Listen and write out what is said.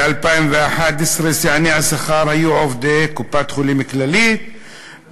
ב-2011 שיאני השכר היו עובדי קופת-חולים כללית,